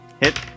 Hit